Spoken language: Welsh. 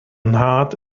nhad